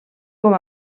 com